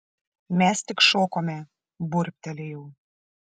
mes tik šokome burbtelėjau